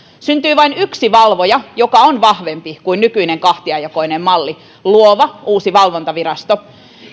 syntyy vain yksi valvoja joka on vahvempi kuin nykyinen kahtiajakoinen malli luova uusi valvontavirasto